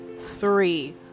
three